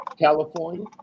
California